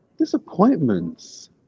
disappointments